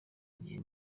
igihe